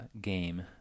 game